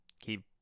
keep